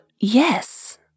yes